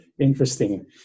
Interesting